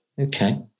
Okay